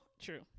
true